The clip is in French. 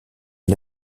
est